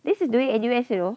this is doing N_U_S you know